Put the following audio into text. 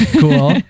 Cool